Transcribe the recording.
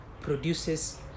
produces